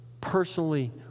personally